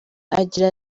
agira